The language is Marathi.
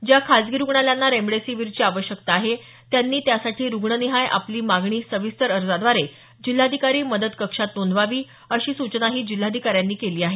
ज्या खासगी रुग्णालयांना रेमडेसिवीरची आवश्यकता आहे त्यांनी त्यासाठी रुग्णनिहाय आपली मागणी सविस्तर अर्जाद्वारे जिल्हाधिकारी मदत कक्षात नोंदवावी अशी सूचना जिल्हाधिकाऱ्यांनी केली आहे